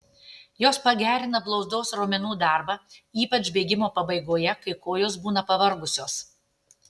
jos pagerina blauzdos raumenų darbą ypač bėgimo pabaigoje kai kojos būna pavargusios